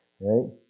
Right